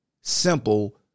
simple